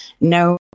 no